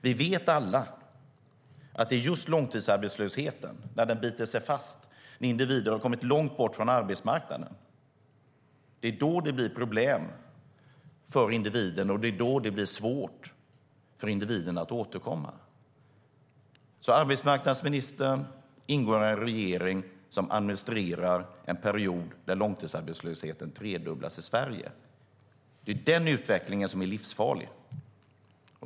Vi vet alla att när långtidsarbetslösheten har bitit sig fast och individen har kommit långt från arbetsmarknaden blir det problem och svårt för individen att återkomma. Arbetsmarknadsministern ingår alltså i en regering som administrerar en period då långtidsarbetslösheten i Sverige tredubblats. Det är denna utveckling som är livsfarlig.